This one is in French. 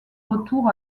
retour